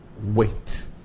wait